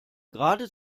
gerade